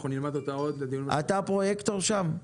אנחנו נלמד אותה עוד --- אתה הפרויקטור שם.